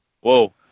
whoa